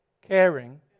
Caring